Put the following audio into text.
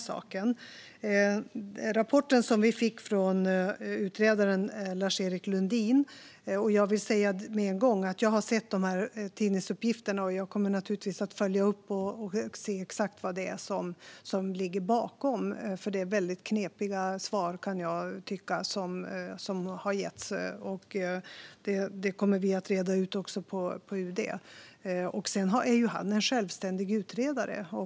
När det gäller rapporten som vi fick från utredaren Lars-Erik Lundin vill jag säga med en gång att jag har sett tidningsuppgifterna och naturligtvis kommer att följa upp och se exakt vad som ligger bakom det väldigt knepiga svar, kan jag tycka, som har getts. Det kommer vi att reda ut också på UD. Lars-Erik Lundin är en självständig utredare.